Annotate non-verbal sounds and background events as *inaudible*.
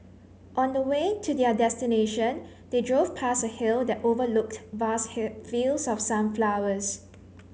on the way to their destination they drove past a hill that overlooked vast *unintelligible* fields of sunflowers